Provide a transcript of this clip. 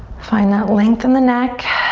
find that length in the neck.